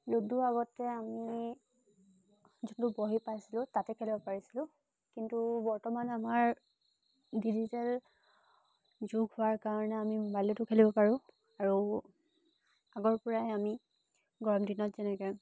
ludo আগতে আমি যোনটো বহি পাইছিলোঁ তাতে খেলিব পাৰিছিলোঁ কিন্তু বৰ্তমান আমাৰ ডিজিটেল যুগ হোৱাৰ কাৰণে আমি মোবাইলতো খেলিব পাৰোঁ আৰু আগৰ পৰাই আমি গৰম দিনত যেনেকৈ